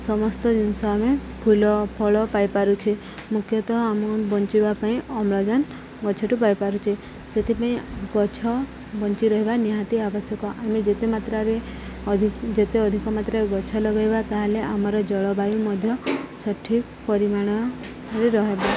ସମସ୍ତ ଜିନିଷ ଆମେ ଫୁଲଫଳ ପାଇପାରୁଛେ ମୁଖ୍ୟତଃ ଆମ ବଞ୍ଚିବା ପାଇଁ ଅମ୍ଳଜାନ ଗଛଠୁ ପାଇପାରୁଛେ ସେଥିପାଇଁ ଗଛ ବଞ୍ଚି ରହିବା ନିହାତି ଆବଶ୍ୟକ ଆମେ ଯେତେ ମାତ୍ରାରେ ଅଧିକ ଯେତେ ଅଧିକ ମାତ୍ରାରେ ଗଛ ଲଗେଇବା ତାହେଲେ ଆମର ଜଳବାୟୁ ମଧ୍ୟ ସଠିକ୍ ପରିମାଣରେ ରହିବ